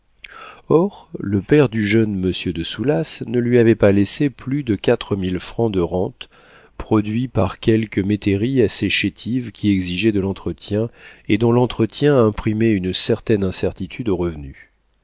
or le père du jeune monsieur de soulas ne lui avait pas laissé plus de quatre mille francs de rentes produits par quelques métairies assez chétives qui exigeaient de l'entretien et dont l'entretien imprimait une certaine incertitude aux revenus